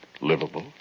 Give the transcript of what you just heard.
livable